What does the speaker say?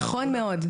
נכון מאוד.